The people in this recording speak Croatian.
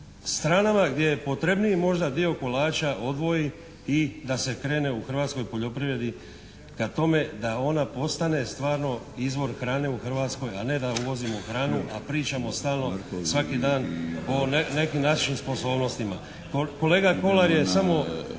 stranama gdje je potrebniji možda dio kolača odvoji i da se krene u hrvatskoj poljoprivredi ka tome da ona postane stvarno izvor hrane u Hrvatskoj a ne da uvozimo hranu, a pričamo stalno svaki dan o nekim našim sposobnostima. Kolega Kolar je samo